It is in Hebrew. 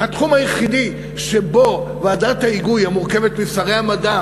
התחום היחידי שבו ועדת ההיגוי המורכבת משרי המדע